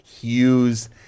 Hughes